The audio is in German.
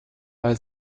bei